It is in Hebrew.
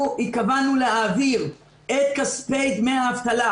אנחנו התכוונו להעביר את כספי דמי האבטלה